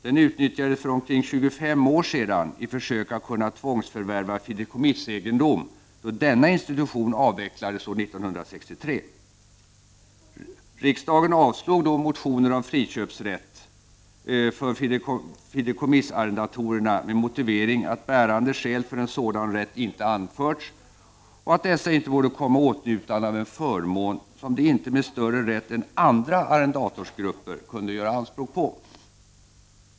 Den utnyttjades för omkring 25 år sedan i försök att kunna tvångsförvärva fideikommissegendom då denna institution avvecklades år 1963. Riksdagen avslog då motioner om friköpsrätt för fideikommissarrendatorerna med motivering att bärande skäl för en sådan rätt inte anförts och att dessa inte borde komma i åtnjutande av en förmån som de inte med större rätt än andra arrendatorsgrupper kunde göra anspråk på.